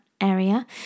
area